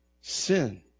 sin